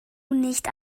nicht